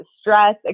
stress